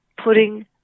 putting